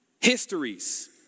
histories